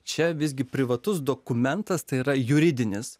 čia visgi privatus dokumentas tai yra juridinis